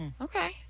Okay